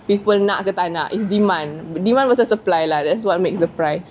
people nak ke tak nak is demand versus supply lah that's what makes the price